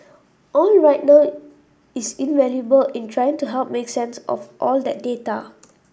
all right now is invaluable in trying to help make sense of all that data